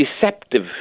deceptive